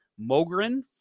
Mogren